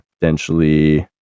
Potentially